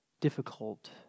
difficult